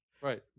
Right